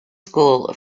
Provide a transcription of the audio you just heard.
school